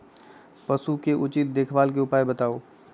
पशु के उचित देखभाल के उपाय बताऊ?